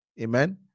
Amen